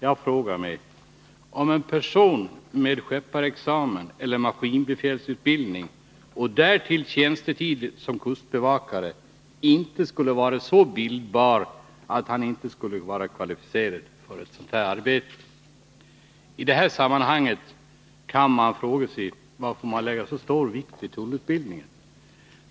Jag frågar mig om en person med skepparexamen eller maskinbefälsutbildning och därtill tjänstetid som kustbevakare inte skulle vara så bildbar att han inte skulle vara kvalificerad för en sådan här tjänst. I detta sammanhang kan man fråga varför det läggs så stor vikt vid tullutbildning.